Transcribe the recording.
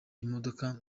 imodoka